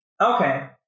Okay